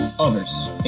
others